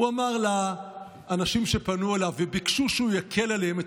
הוא אמר את המילים הבאות לאנשים שפנו אליו וביקשו שהוא יקל עליהם: